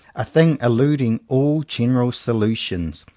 a thing eluding all general solutions,